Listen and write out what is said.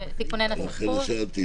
תיקוני נסחות,